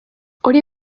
hori